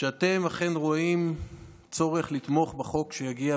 אתם אכן רואים צורך לתמוך בחוק שיגיע